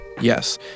Yes